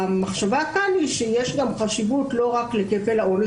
המחשבה כאן היא שיש גם חשיבות לא רק לכפל האישום,